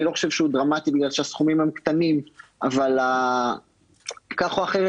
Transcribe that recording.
אני לא חושב שהוא דרמטי בגלל שהסכומים קטנים אבל כך או אחרת,